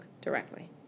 directly